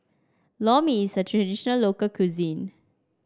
Lor Mee is a traditional local cuisine